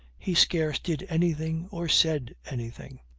he scarce did anything or said anything.